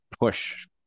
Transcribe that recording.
push